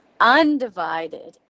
undivided